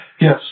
Yes